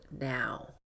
now